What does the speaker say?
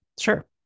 Sure